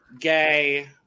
Gay